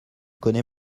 connais